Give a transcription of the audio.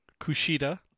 Kushida